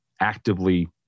actively